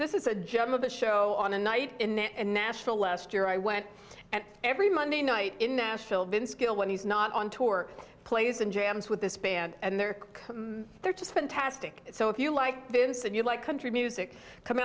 of a show on a night in nashville last year i went and every monday night in nashville vince gill when he's not on tour plays and jams with this band and there they're just fantastic so if you like this and you like country music come